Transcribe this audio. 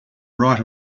right